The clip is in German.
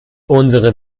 unsere